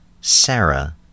Sarah